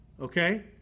okay